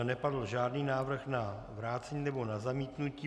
Nepadl žádný návrh na vrácení nebo na zamítnutí.